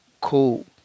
Cool